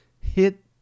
Hit